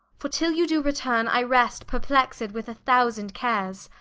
for till you do returne, i rest perplexed with a thousand cares.